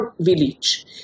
village